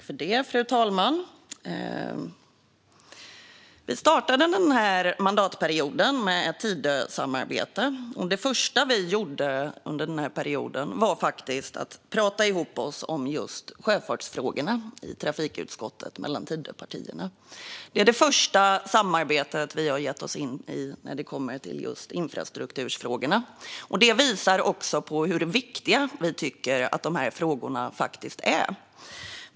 Fru talman! Vi startade den här mandatperioden med ett Tidösamarbete. Det första vi gjorde var faktiskt att prata ihop oss om just sjöfartsfrågorna i trafikutskottet, mellan Tidöpartierna. Det är det första samarbetet som vi har gett oss in i när det kommer till just infrastrukturfrågorna, och det visar också på hur viktiga vi tycker att de här frågorna är.